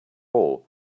all